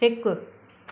हिकु